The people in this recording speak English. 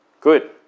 good